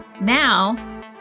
now